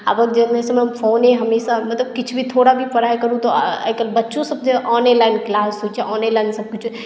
आबक जेनरेशनमे फोने हमेशा मतलब किछु भी थोड़ा भी पढ़ाइ करू तऽ आइकाल्हि बच्चोसभ जे ऑनेलाइन क्लास होइत छै ऑनेलाइन सभकिछु होइत छै